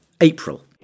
April